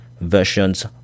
versions